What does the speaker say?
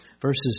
verses